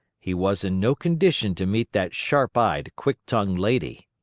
he was in no condition to meet that sharp-eyed, quick-tongued lady!